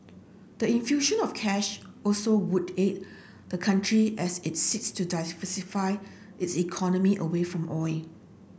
the infusion of cash also would aid the country as it seeks to its economy away from oil